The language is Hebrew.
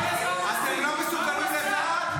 אתם לא מסוגלים לבד?